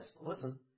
Listen